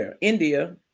India